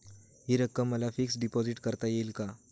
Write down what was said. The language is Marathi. हि रक्कम मला फिक्स डिपॉझिट करता येईल का?